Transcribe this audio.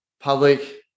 public